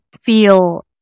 feel